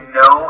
no